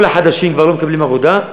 כל החדשים כבר לא מקבלים עבודה.